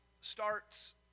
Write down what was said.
starts